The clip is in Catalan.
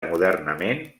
modernament